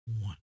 one